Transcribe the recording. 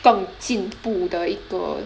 更进步的一个